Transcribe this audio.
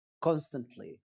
constantly